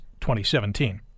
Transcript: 2017